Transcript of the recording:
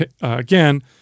again –